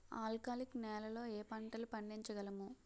ఆల్కాలిక్ నెలలో ఏ పంటలు పండించగలము?